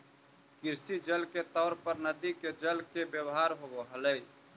कृषि जल के तौर पर नदि के जल के व्यवहार होव हलई